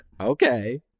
Okay